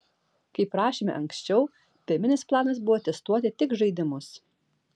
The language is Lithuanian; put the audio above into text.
kaip rašėme anksčiau pirminis planas buvo testuoti tik žaidimus